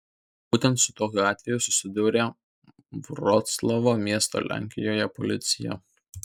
būtent su tokiu atveju susidūrė vroclavo miesto lenkijoje policija